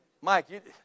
Mike